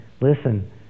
listen